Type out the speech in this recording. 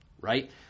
right